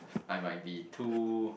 I might be too